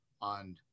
on